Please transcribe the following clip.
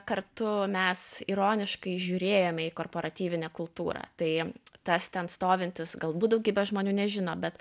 kartu mes ironiškai žiūrėjome į kooperatyvinę kultūrą tai tas ten stovintis galbūt daugybė žmonių nežino bet